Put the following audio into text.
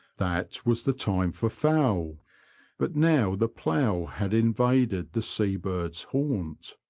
that was the time for fowl but now the plough had in vaded the sea-birds' haunt.